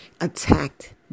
attacked